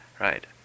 right